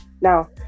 Now